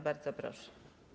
Bardzo proszę.